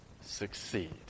succeed